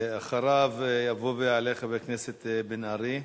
אחריו יבוא ויעלה חבר הכנסת בן-ארי.